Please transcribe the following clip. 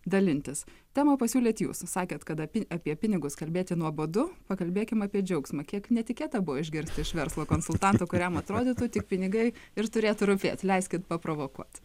dalintis temą pasiūlėt jūs sakėt kad apie apie pinigus kalbėti nuobodu pakalbėkim apie džiaugsmą kiek netikėta buvo išgirsti iš verslo konsultanto kuriam atrodytų tik pinigai ir turėtų rūpėti leiskit paprovokuot